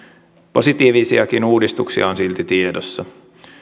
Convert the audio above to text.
positiivisiakin uudistuksia on silti tiedossa